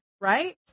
right